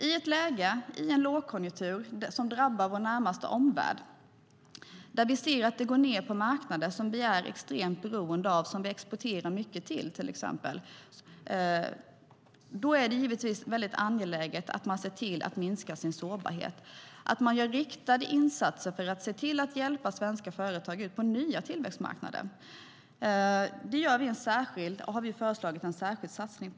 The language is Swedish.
I en lågkonjunktur som drabbar vår närmaste omvärld och där vi ser att det går nedåt på marknader som vi är extremt beroende av och exporterar mycket till är det givetvis angeläget att se till att minska sin sårbarhet. Det behövs riktade insatser för att hjälpa svenska företag ut på nya tillväxtmarknader. För detta har vi föreslagit en särskild satsning.